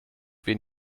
wen